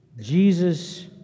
Jesus